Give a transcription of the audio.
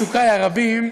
באחד מעיסוקי הרבים,